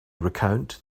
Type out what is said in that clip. recount